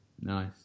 Nice